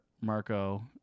Marco